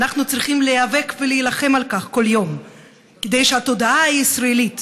אנחנו צריכים להיאבק ולהילחם כל יום כדי שהתודעה הישראלית